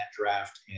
draft